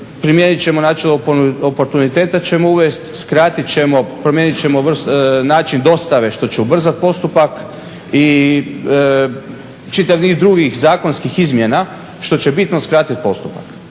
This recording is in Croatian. oportuniteta, ćemo uvest, skratit ćemo, promijeniti ćemo način dostave što će ubrzat postupak i čitav niz drugih zakonskih izmjena što će bitno skratiti postupak.